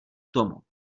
tomu